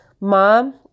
Mom